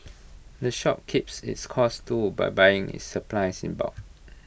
the shop keeps its costs low by buying its supplies in bulk